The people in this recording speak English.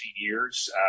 years